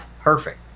perfect